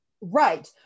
right